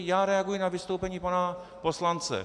Já reaguji na vystoupení pana poslance.